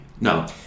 No